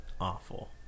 Awful